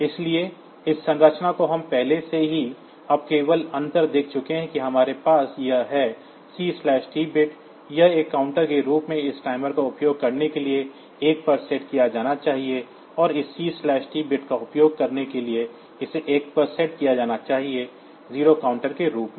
इसलिए इस संरचना को हम पहले से ही अब केवल अंतर देख चुके हैं कि हमारे पास यह है CT बिट यह एक काउंटर के रूप में इस टाइमर का उपयोग करने के लिए 1 पर सेट किया जाना चाहिए और इस CT बिट का उपयोग करने के लिए इसे 1 पर सेट किया जाना चाहिए 0 काउंटर के रूप में